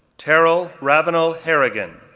terrell ravenel harrigan,